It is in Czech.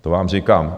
To vám říkám.